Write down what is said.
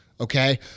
Okay